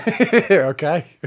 Okay